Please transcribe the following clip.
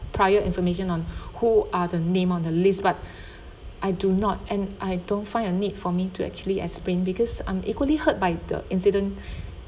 prior information on who are the name on the list but I do not and I don't find a need for me to actually explain because I'm equally hurt by the incident